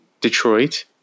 Detroit